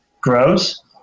grows